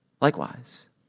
Likewise